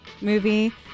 movie